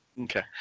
Okay